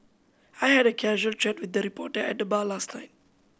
I had a casual chat with a reporter at the bar last night